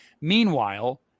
Meanwhile